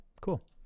Cool